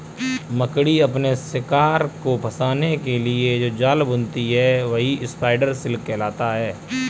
मकड़ी अपने शिकार को फंसाने के लिए जो जाल बुनती है वही स्पाइडर सिल्क कहलाता है